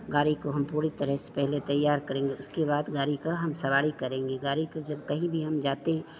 गाड़ी को हम पूरी तरह से पहले तैयार करेंगे उसके बाद गाड़ी की हम सवारी करेंगे गाड़ी को जब कहीं भी हम जाते